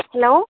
hello